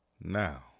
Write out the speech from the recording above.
now